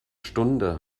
stunde